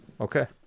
Okay